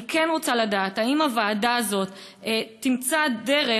אני כן רוצה לדעת אם הוועדה הזאת תמצא דרך,